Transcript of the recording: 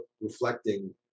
reflecting